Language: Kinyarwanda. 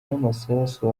n’amasasu